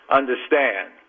understand